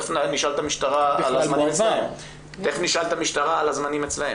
תכף נשאל את המשטרה לגבי הזמנים אצלם